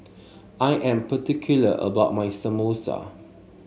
I am particular about my Samosa